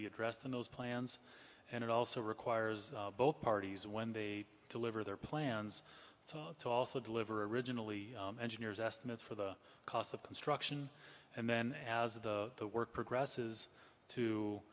be addressed in those plans and it also requires both parties when they deliver their plans to also deliver originally engineers estimates for the cost of construction and then as the work progress is